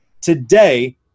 today